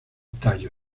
tallo